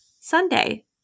Sunday